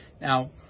now